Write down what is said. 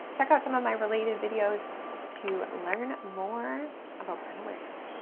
check out some of my related videos to learn more about brand awareness.